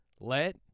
Let